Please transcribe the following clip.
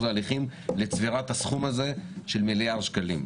ההליכים לצבירת הסכום הזה של מיליארד שקלים.